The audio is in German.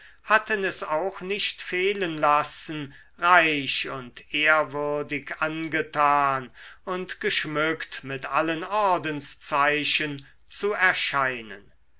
hatten es auch nicht fehlen lassen reich und ehrwürdig angetan und geschmückt mit allen ordenszeichen zu erscheinen